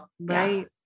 right